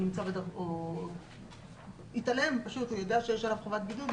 הוא פשוט התעלם למרות שהוא יודע שיש עליו חובת בידוד.